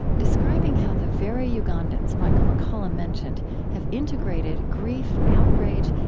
describing how the very ugandans michael mccullough mentioned have integrated grief, outrage,